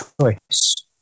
choice